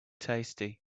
tasty